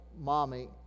mommy